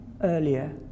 earlier